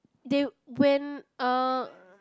they when uh